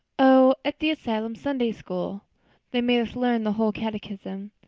oh, at the asylum sunday-school. they made us learn the whole catechism.